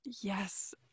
Yes